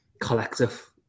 collective